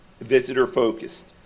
visitor-focused